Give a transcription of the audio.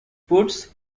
puts